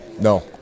No